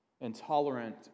intolerant